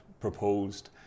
proposed